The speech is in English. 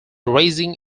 raising